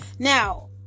now